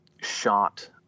shot